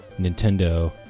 Nintendo